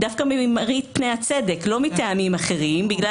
דווקא ממראית פני הצדק ולא מטעמים אחרים בגלל